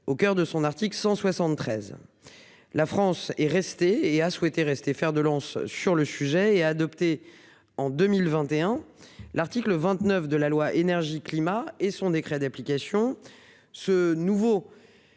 au coeur de son article 173. La France est resté et a souhaité rester fer de lance sur le sujet et a adopté en 2021. L'article 29 de la loi énergie-climat et son décret d'application.